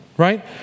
Right